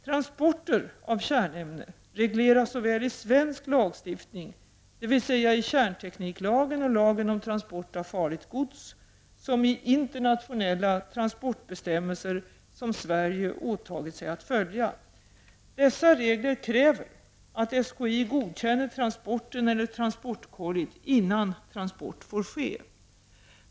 Transporter av kärnämne regleras såväl i svensk lagstiftning, dvs. i kärntekniklagen och lagen om transport av farligt gods, som i internationella transportbestämmelser som Sverige åtagit sig att följa. Dessa regler kräver att SKI godkänner transporten eller transportkollit innan transport får ske.